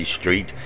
Street